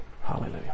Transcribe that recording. Hallelujah